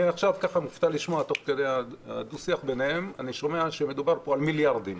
אני מופתע לשמוע שמדובר פה על מיליארדים,